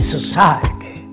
society